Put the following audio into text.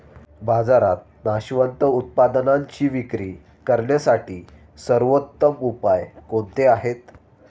बाजारात नाशवंत उत्पादनांची विक्री करण्यासाठी सर्वोत्तम उपाय कोणते आहेत?